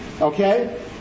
okay